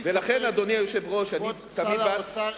כבוד שר האוצר,